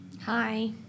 Hi